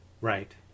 Right